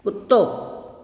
कुतो